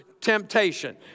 temptation